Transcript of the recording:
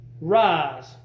rise